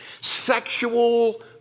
sexual